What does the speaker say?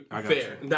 Fair